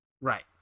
right